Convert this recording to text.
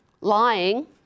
lying